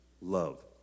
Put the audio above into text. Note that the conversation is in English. love